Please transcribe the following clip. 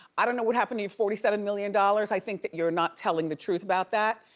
i don't know what happened to your forty seven million dollars, i think that you're not telling the truth about that.